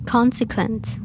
Consequence